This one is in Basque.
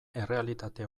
errealitate